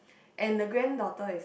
and the granddaughter is